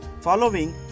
following